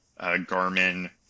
garmin